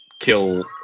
kill